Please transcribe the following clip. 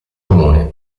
comune